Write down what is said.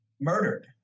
murdered